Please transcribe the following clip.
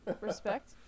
Respect